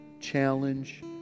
challenge